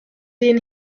den